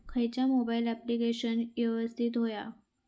खयचा mobile application यवस्तित होया?